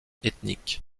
ethnique